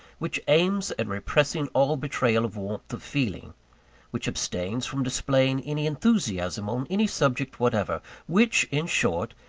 which aims at repressing all betrayal of warmth of feeling which abstains from displaying any enthusiasm on any subject whatever which, in short,